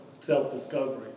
self-discovery